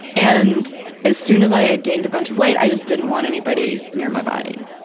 and as soon as i ah gained a bunch of weight, i just didn't want anybody near my body.